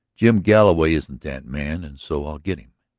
jim galloway isn't that man and so i'll get him.